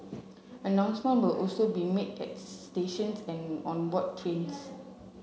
announcement will also be made at stations and on board trains